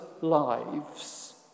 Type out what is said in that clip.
lives